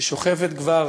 ששוכבת כבר